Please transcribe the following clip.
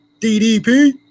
DDP